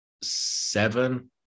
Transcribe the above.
seven